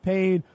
Pain